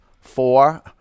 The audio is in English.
four